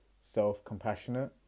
self-compassionate